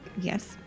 Yes